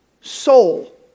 soul